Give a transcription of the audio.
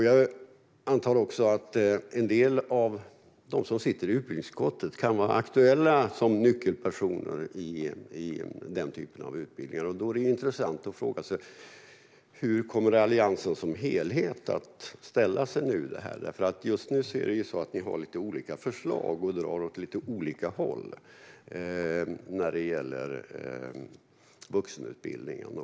Jag antar också att en del av dem som sitter i utbildningsutskottet kan vara aktuella som nyckelpersoner i den typen av utbildning. Då är det intressant att fråga sig: Hur kommer Alliansen som helhet att ställa sig till detta? Just nu har ni lite olika förslag och drar åt lite olika håll när det gäller vuxenutbildning.